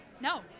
No